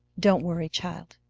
don't worry, child,